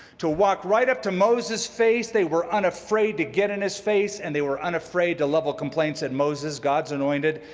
to walk right up to moses' face. they were unafraid to get in his face, and they were unafraid to level complaints at moses, god's anointed,